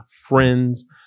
friends